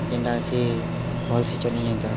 ଯେଣ୍ଟା ଅଛେ ଭଲ୍ ସେ ଚଲି ଯଏନ୍ତା